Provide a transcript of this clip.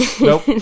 Nope